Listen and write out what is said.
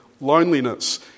loneliness